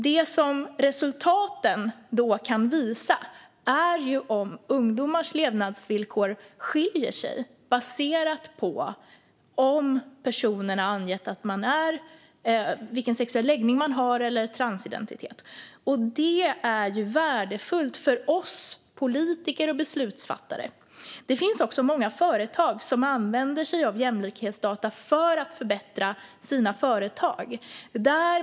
Det som resultaten kan visa är om ungdomars levnadsvillkor skiljer sig åt baserat på vilken sexuell läggning eller transidentitet som de har angett att de har. Det är värdefullt för oss politiker och beslutsfattare. Det finns också många företag som använder sig av jämlikhetsdata för att förbättra sina företag.